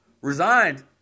resigned